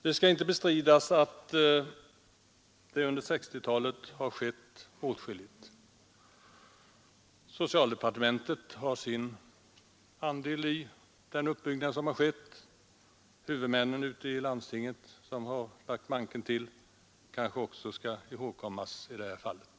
Det skall inte bestridas att det under 1960-talet har skett åtskilligt. Socialdepartementet har sin andel i uppbyggnaden. Att huvudmännen ute i landstingen har lagt manken till bör kanske också ihågkommas i detta sammanhang.